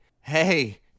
Hey